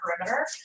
perimeter